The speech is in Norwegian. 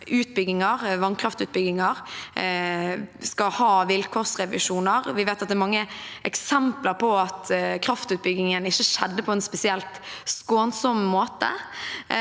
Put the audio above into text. at mange vannkraftutbygginger skal ha vilkårsrevisjoner. Vi vet at det er mange eksempler på at kraftutbyggingen ikke skjedde på en spesielt skånsom måte.